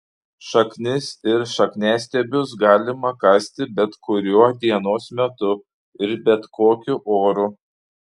šaknis ir šakniastiebius galima kasti bet kuriuo dienos metu ir bet kokiu oru